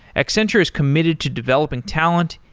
accenture is committed to developing talent,